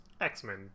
x-men